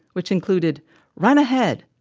which included run ahead!